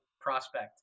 prospect